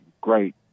great